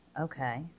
okay